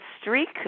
Streak